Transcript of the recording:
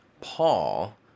paul